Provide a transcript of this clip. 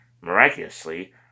Miraculously